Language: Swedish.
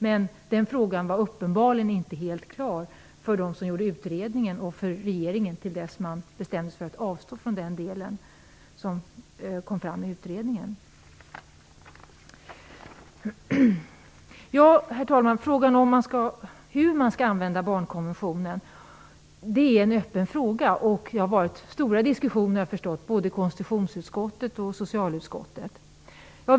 Men den frågan var uppenbarligen inte helt klar för dem som gjorde utredningen och för regeringen, innan man bestämde sig för att avstå från den delen som kom fram i utredningen. Herr talman! Det är en öppen fråga hur man skall använda barnkonventionen. Jag har förstått att det har varit stora diskussioner i konstitutionsutskottet och socialutskottet.